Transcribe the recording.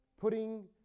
Putting